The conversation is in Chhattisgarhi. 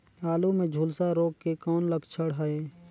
आलू मे झुलसा रोग के कौन लक्षण हे?